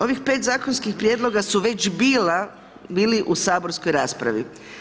Ovih 5 zakonskih prijedloga su već bili u saborskoj raspravi.